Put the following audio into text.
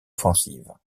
offensive